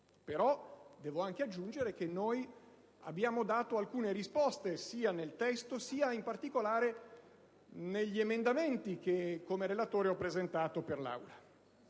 però devo anche aggiungere che noi abbiamo dato alcune risposte sia nel testo approvato in Commissione, sia, in particolare, negli emendamenti che, come relatore, ho presentato per l'Aula.